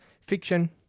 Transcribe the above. fiction